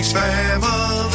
family